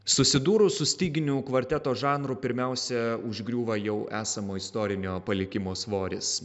susidūrus su styginių kvarteto žanru pirmiausia užgriūva jau esamo istorinio palikimo svoris